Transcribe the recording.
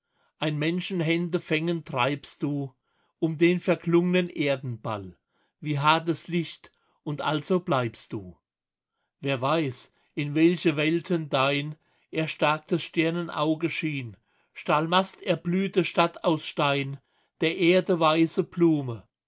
ein menschenhände fängen treibst du um den verklungnen erdenball wie hartes licht und also bleibst du wer weiß in welche welten dein erstarktes sternenauge schien stahlmasterblühte stadt aus stein der erde weiße blume